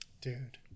Dude